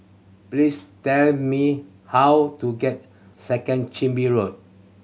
please tell me how to get Second Chin Bee Road